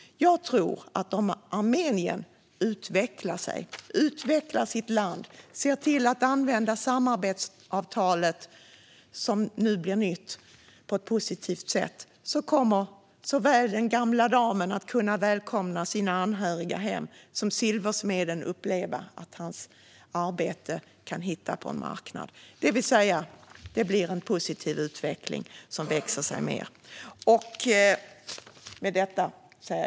Jag tror att om Armenien utvecklas, om armenierna utvecklar sitt land och ser till att använda det nya samarbetsavtalet på ett positivt sätt, kommer såväl den gamla damen att kunna välkomna sina anhöriga hem som silversmeden att uppleva att hans arbeten hittar en marknad. Det blir en positiv utveckling som växer mer och mer.